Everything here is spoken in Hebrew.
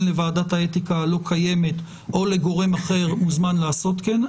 לוועדת האתיקה הלא קיימת או לגורם אחר מוזמן לעשות כן.